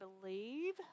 believe